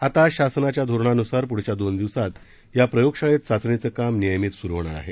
आता शासनाच्या धोरणानुसार पुढील दोन दिवसात या प्रयोग शाळेत चाचणीच काम नियमित सुरू होणार आहे